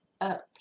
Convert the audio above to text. up